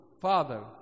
father